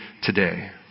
today